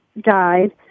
died